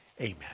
Amen